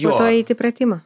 po to eit į pratimą